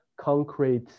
concrete